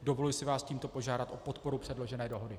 Dovoluji si vás tímto požádat o podporu předložené dohody.